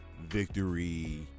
victory